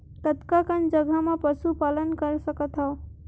कतका कन जगह म पशु पालन कर सकत हव?